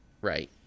right